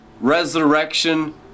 resurrection